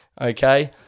Okay